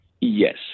yes